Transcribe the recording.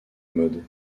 mode